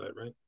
right